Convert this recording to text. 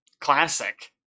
Classic